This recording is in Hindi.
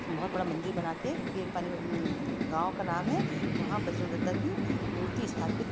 बहोत बड़ा मंदिर बना कर केरपानी गाँव का नाम है वहाँ बजरंग दद्दा की मूर्ति स्थापित